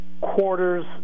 quarters